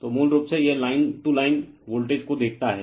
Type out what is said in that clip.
तो मूल रूप से यह लाइन टू लाइन वोल्टेज को देखता है